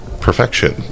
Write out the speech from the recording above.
perfection